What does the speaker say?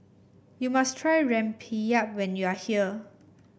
you must try Rempeyek when you are here